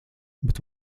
bet